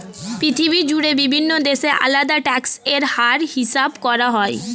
পৃথিবী জুড়ে বিভিন্ন দেশে আলাদা ট্যাক্স এর হার হিসাব করা হয়